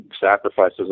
sacrifices